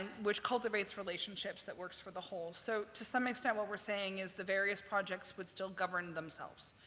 and which cultivates relationships that works for the whole. so to some extent what we're saying is, the various projects would still govern themselves,